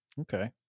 Okay